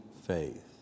faith